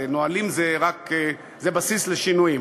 נהלים זה בסיס לשינויים.